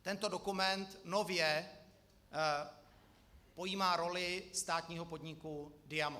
Tento dokument nově pojímá roli státního podniku Diamo.